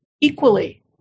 equally